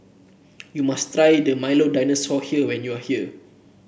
you must try the Milo Dinosaur when you are here